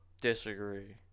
disagree